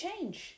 change